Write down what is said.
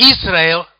Israel